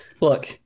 Look